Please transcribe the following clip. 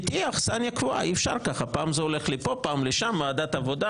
אי אפשר שפעם מעבירים לוועדת העבודה,